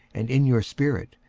and in your spirit,